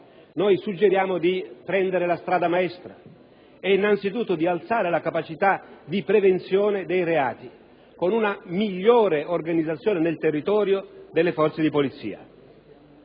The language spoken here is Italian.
suggeriamo di prendere la strada maestra e, innanzitutto, di aumentare le capacità di prevenzione dei reati con una migliore organizzazione nel territorio delle forze di polizia.